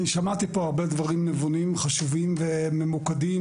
אני שמעתי פה הרבה דברים נבונים, חשובים וממוקדים,